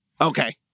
Okay